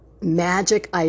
magic